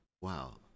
wow